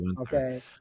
Okay